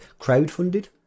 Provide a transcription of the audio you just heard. crowdfunded